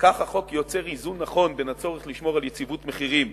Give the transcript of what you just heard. וכך החוק יוצר איזון נכון בין הצורך לשמור על יציבות מחירים